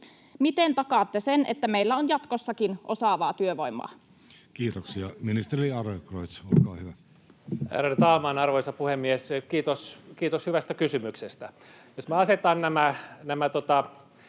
Miten takaatte sen, että meillä on jatkossakin osaavaa työvoimaa? Kiitoksia. — Ministeri Adlercreutz, olkaa hyvä. Ärade talman, arvoisa puhemies! Kiitos hyvästä kysymyksestä. Jos minä asetan tämän